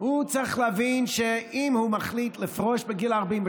הוא צריך להבין שאם הוא מחליט לפרוש בגיל 42